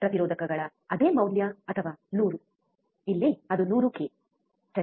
ಪ್ರತಿರೋಧಕಗಳ ಅದೇ ಮೌಲ್ಯ ಅಥವಾ 100 ಇಲ್ಲಿ ಅದು 100 ಕೆ ಸರಿ